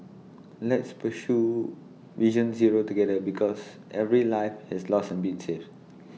let's pursue vision zero together because every life has lost and been saved